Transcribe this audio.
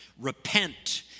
Repent